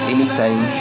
Anytime